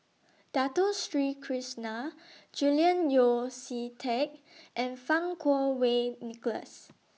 Dato Street Krishna Julian Yeo See Teck and Fang Kuo Wei Nicholas